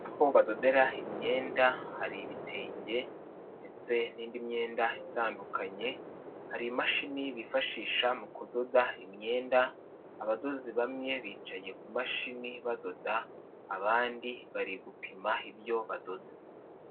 Aho badodera imyenda, hari ibitenge ndetse n'indi myenda itandukanye. Hari imashini bifashisha mu kudoda imyenda, abadozi bamwe bicaye ku mashini badoda, abandi bari gupima ibyo badoda.